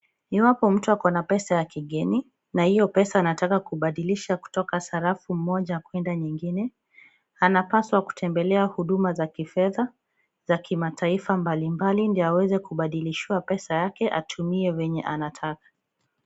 Iwapo mtu ako na pesa ya kigeni na hiyo pesa anataka kubadilisha kutoka sarafu moja kwenda nyingine, anapaswa kutembelea huduma za kifedha za kimataifa mbalimbali ndio aweze kubadilishiwa pesa yake atumie vyenye anataka.